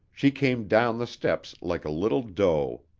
she came down the steps like a little doe.